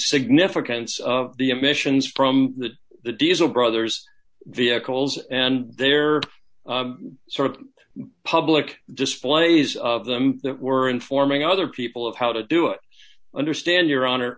significance of the emissions from the the diesel brothers vehicles and their sort of public displays of them that were informing other people of how to do it understand your honor